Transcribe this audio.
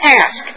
ask